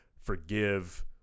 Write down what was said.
forgive